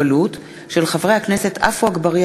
מאת חברי הכנסת שלי יחימוביץ,